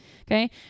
okay